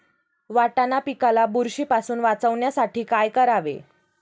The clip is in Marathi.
वाटाणा पिकाला बुरशीपासून वाचवण्यासाठी काय करावे?